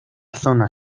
zona